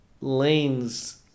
lanes